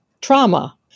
trauma